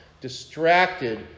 distracted